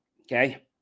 Okay